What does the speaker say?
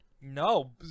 No